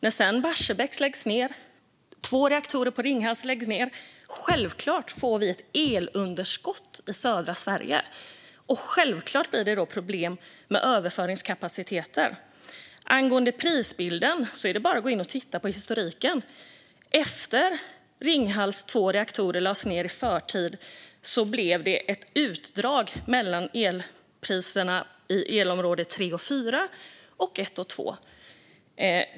När sedan Barsebäck läggs ned och två reaktorer på Ringhals läggs ned får vi självklart ett elunderskott i södra Sverige. Självklart blir det då problem med överföringskapaciteten. Angående prisbilden är det bara att gå in och titta på historiken. Efter det att Ringhals två reaktorer lades ned i förtid blev det ett utdrag i priserna mellan elområde 3 och 4 och elområde 1 och 2.